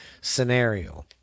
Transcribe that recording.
scenario